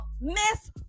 miss